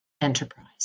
enterprise